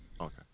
Okay